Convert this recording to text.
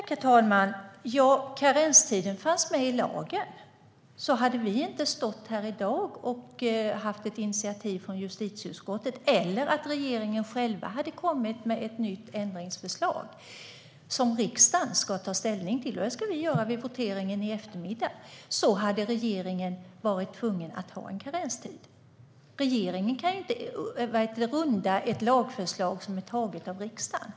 Herr talman! Karenstiden fanns med i lagen. Hade vi inte stått här i dag och haft ett initiativ från justitieutskottet - eller att regeringen själv kommit med ett nytt ändringsförslag som riksdagen ska ta ställning till, vilket vi ska göra vid voteringen i eftermiddag - hade regeringen alltså varit tvungen att ha en karenstid. Regeringen kan ju inte runda ett lagförslag som är antaget av riksdagen.